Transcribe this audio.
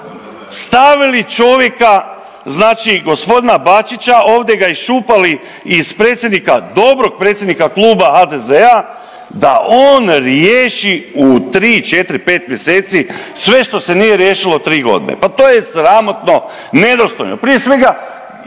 stavili čovjeka, znači g. Bačića ovdje ga iščupali iz predsjednika, dobrog predsjednika Kluba HDZ-a da on riješi u 3, 4, 5 mjeseci sve što se nije riješilo 3 godine. Pa to je sramotno, nedostojno! Prije svega,